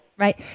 Right